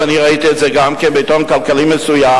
ואני ראיתי את זה גם כן בעיתון כלכלי מסוים,